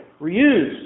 reused